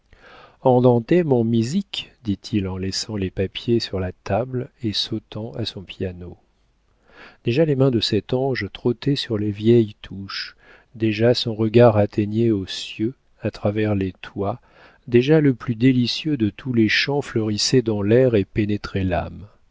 andantez te mon misik dit-il en laissant les papiers sur la table et sautant à son piano déjà les mains de cet ange trottaient sur les vieilles touches déjà son regard atteignait aux cieux à travers les toits déjà le plus délicieux de tous les chants fleurissait dans l'air et pénétrait l'âme